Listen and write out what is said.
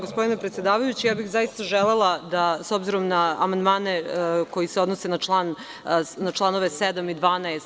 Gospodine predsedavajući, zaista bih želela da, s obzirom na amandmane koji se odnose na čl. 7. i 12.